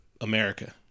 America